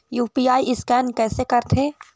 UPI scan कइसे करथे?